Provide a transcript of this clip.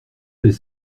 fait